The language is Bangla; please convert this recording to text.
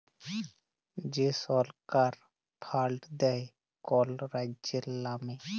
যে ছরকার ফাল্ড দেয় কল রাজ্যের লামে